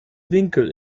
winkel